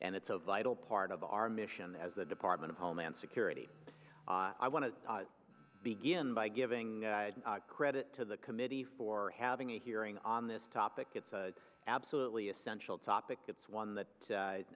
and it's a vital part of our mission as the department of homeland security i want to begin by giving credit to the committee for having a hearing on this topic it's absolutely essential topic it's one that